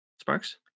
Sparks